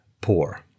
poor